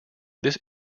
this